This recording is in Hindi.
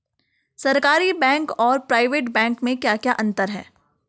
सरकारी बैंक और प्राइवेट बैंक में क्या क्या अंतर हैं?